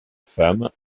femme